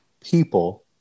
people